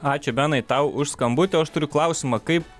ačiū benai tau už skambutį o aš turiu klausimą kaip